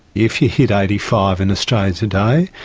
if you hit eighty five in australia today,